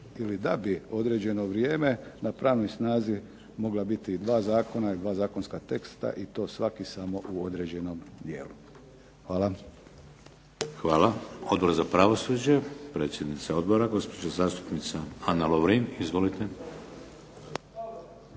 ili da bi određeno vrijeme na pravnoj snazi mogla biti dva zakona i dva zakonska teksta i to svaki samo u određenom dijelu. Hvala. **Šeks, Vladimir (HDZ)** Hvala. Odbor za pravosuđe, predsjednica odbora, gospođa zastupnica Ana Lovrin. Izvolite.